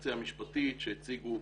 הקונסטרוקציה המשפטית שהציגו